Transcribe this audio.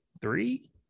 three